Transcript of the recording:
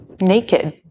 naked